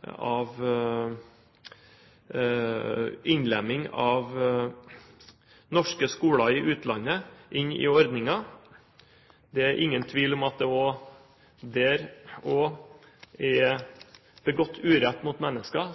til innlemming av norske skoler i utlandet i ordningen. Det ingen tvil om at det også der er begått urett mot mennesker